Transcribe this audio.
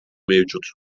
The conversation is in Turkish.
mevcut